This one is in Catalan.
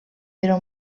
però